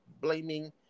blaming